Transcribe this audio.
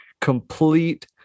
complete